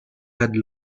had